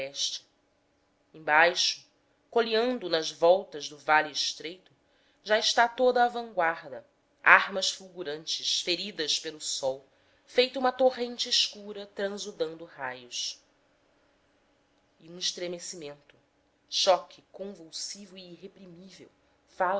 agreste embaixo coleando nas voltas do vale estreito já está toda a vanguarda armas fulgurantes feridas pelo sol feito uma torrente escura transudando raios e um estremecimento choque convulsivo e